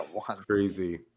Crazy